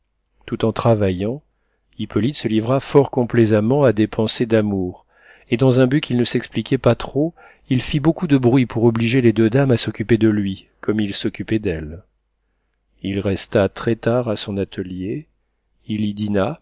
tout en travaillant hippolyte se livra fort complaisamment à des pensées d'amour et dans un but qui ne s'expliquait pas trop il fit beaucoup de bruit pour obliger les deux dames à s'occuper de lui comme il s'occupait d'elles il resta très-tard à son atelier il y dîna